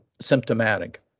symptomatic